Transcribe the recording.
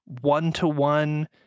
one-to-one